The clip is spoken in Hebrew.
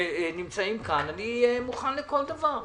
שנמצאים כאן, אני מוכן לכל דבר שתציעי.